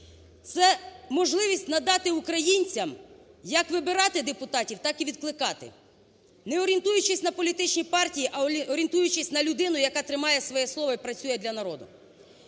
Це можливість надати українцям як вибирати депутатів так і відкликати. Не орієнтуючись на політичні партії, а орієнтуючись на людину, яка тримає своє слово і працює для народу.